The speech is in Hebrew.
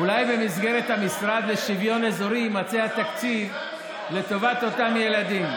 אולי במסגרת המשרד לשוויון אזורי יימצא התקציב לטובת אותם ילדים.